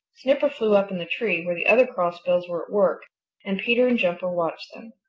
snipper flew up in the tree where the other crossbills were at work and peter and jumper watched them.